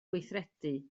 gweithredu